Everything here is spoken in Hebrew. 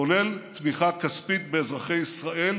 כולל תמיכה כספית באזרחי ישראל,